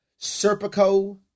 Serpico